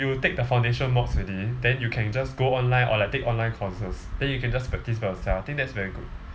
you take the foundation mods already then you can just go online or like take online courses then you can just practice by yourself I think that's very good